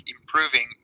improving